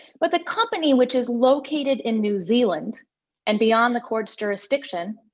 but the company, which is located in new zealand and beyond the court's jurisdiction,